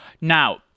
Now